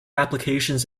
applications